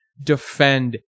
defend